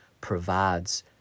Provides